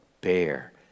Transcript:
bear